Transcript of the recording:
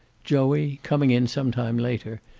joey, coming in some time later,